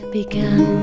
began